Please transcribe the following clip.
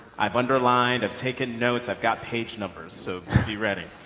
i've underlined, i've taken notes, i've got page numbers so be ready.